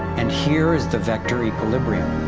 and here is the vector equilibrium.